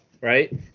right